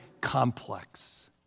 complex